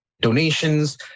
donations